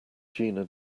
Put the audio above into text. jena